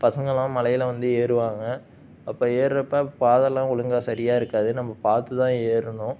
பசங்களாம் மலையில வந்து ஏறுவாங்க அப்போ ஏறப்போ பாதை எல்லாம் ஒழுங்காக சரியாக இருக்காது நம்ம பார்த்துதான் ஏறணும்